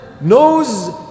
knows